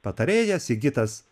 patarėjas sigitas